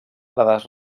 dades